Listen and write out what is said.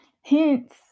Hence